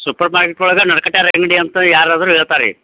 supermarket ಒಳಗೆ ನಡಕಟ್ಯಾರ ಅಂಗಡಿ ಅಂತ ಯಾರಾದರೂ ಹೇಳ್ತಾ ರೀ